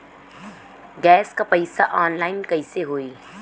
Gas क पैसा online कइसे होई?